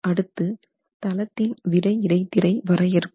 அடுத்து தளத்தின் விறை இடைத்திரை வரையறுப்பது